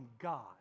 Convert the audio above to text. God